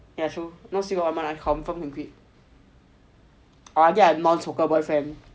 ya true no stick for one month confirm can quit I don't think I will have non smoker boyfriend